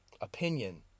opinion